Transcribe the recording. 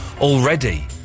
already